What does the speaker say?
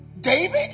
David